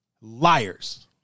Liars